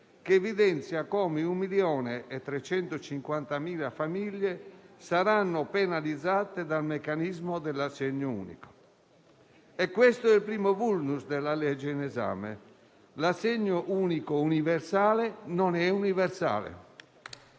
che evidenzia come 1.350.000 famiglie saranno penalizzate dal meccanismo dell'assegno unico. Questo è il primo *vulnus* del disegno di legge in esame: l'assegno unico universale non è universale